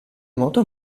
nuoto